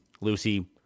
Lucy